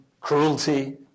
cruelty